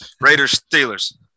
Raiders-Steelers